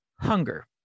hunger